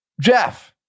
Jeff